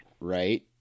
right